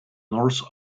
norse